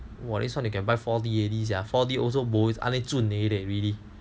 !wah! this [one] you can buy four d already sia four d also bo a neh zhun leh really